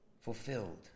fulfilled